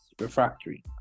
refractory